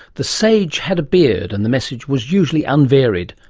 the sage had a beard, and the message was usually unvaried.